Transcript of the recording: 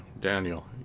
Daniel